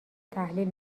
تحلیل